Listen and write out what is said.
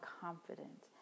confident